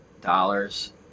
dollars